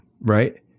right